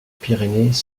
pyrénées